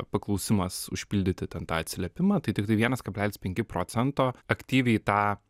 paklausimas užpildyti ten tą atsiliepimą tai tiktai vienas kablelis penki procento aktyviai tą